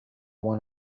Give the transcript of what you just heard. one